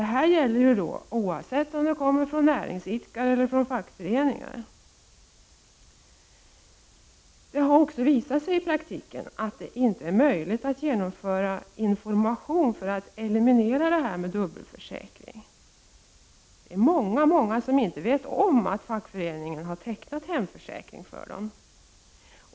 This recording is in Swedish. Detta gäller oavsett om erbjudandena kommer från näringsidkare eller från fackföreningar. Det har också i praktiken visat sig att det inte är möjligt att genom information eliminera dubbelförsäkring. Det är många som inte vet om att fackföreningen har tecknat hemförsäkring för dem.